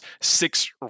six